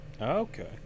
Okay